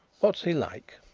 what is he like?